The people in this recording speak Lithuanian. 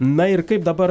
na ir kaip dabar